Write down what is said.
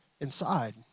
inside